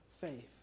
faith